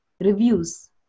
reviews